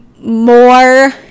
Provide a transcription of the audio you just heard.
more